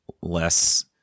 less